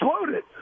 exploded